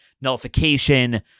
nullification